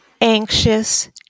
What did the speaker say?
anxious